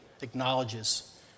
acknowledges